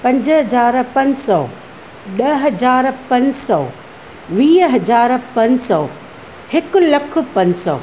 पंज हज़ार पज सौ ॾह हज़ार पंज सौ वीह हज़ार पंज सौ हिकु लखु पंज सौ